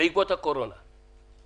בעקבות הקורונה.